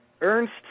Ernst